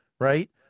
right